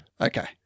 Okay